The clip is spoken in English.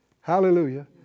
Hallelujah